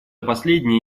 последние